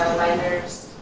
my nurse